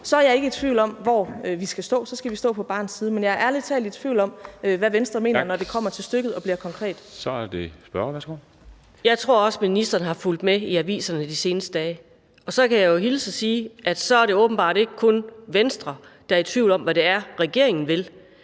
er jeg ikke i tvivl om, hvor vi skal stå – så skal vi stå på barnets side. Men jeg er ærlig talt i tvivl om, hvad Venstre mener, når det kommer til stykket og det bliver konkret. Kl. 13:44 Formanden (Henrik Dam Kristensen): Tak. Så er det spørgeren. Værsgo. Kl. 13:44 Anni Matthiesen (V): Jeg tror også, ministeren har fulgt med i aviserne de seneste dage, og så kan jeg jo hilse og sige, at så er det åbenbart ikke kun Venstre, der er i tvivl om, hvad det er, regeringen vil.